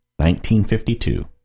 1952